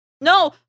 No